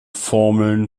formeln